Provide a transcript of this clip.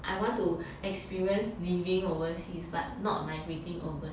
I want to experience living overseas but not migrating over